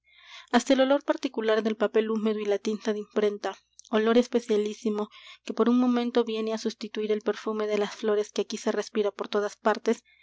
hasta el olor particular del papel húmedo y la tinta de imprenta olor especialísimo que por un momento viene á sustituir al perfume de las flores que aquí se respira por todas partes